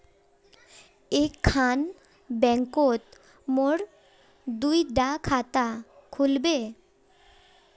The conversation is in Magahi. एक खान बैंकोत मोर दुई डा खाता खुल बे?